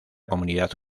comunidad